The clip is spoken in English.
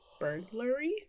burglary